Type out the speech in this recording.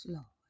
Lord